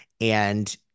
And-